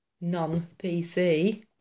non-PC